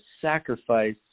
sacrifice